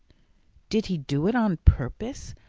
did he do it on purpose?